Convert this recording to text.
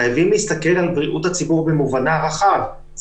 אזרחים במדינה הזאת ששילמו כל החיים שלהם מיסים,